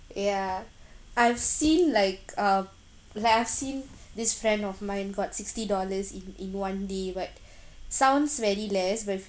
ya I've seen like uh like I've seen this friend of mine got sixty dollars in in one day but sounds very less but if you